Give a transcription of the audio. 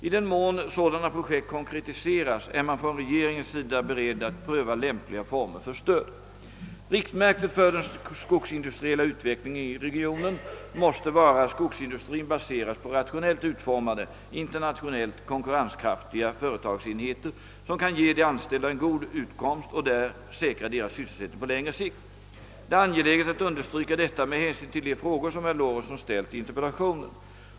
I den mån sådana projekt konkretiseras är man från regeringens sida beredd att pröva lämpliga former för stöd. Riktmärket för den skogsindustriella utvecklingen i regionen måste vara att skogsindustrin baseras på rationellt utformade, internationellt konkurrenskraftiga företagsenheter, som kan ge de anställda en god utkomst och säkra deras sysselsättning på längre sikt. Det är angeläget att understryka detta med hänsyn till de frågor som herr Lorentzon ställt i interpellationen.